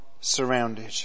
surrounded